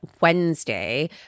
Wednesday